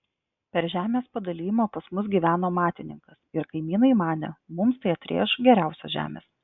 per žemės padalijimą pas mus gyveno matininkas ir kaimynai manė mums tai atrėš geriausios žemės